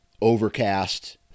overcast